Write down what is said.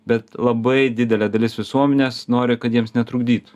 bet labai didelė dalis visuomenės nori kad jiems netrukdytų